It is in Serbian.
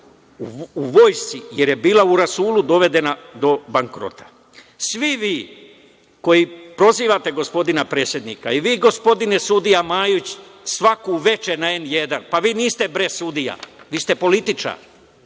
u vojsci, jer je bila u rasulu dovedena do bankrota. Svi vi koji prozivate gospodina predsednika i vi gospodine sudija Majić, svaku veče na „N1“, pa vi niste sudija, vi ste političar,